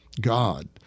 God